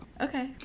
Okay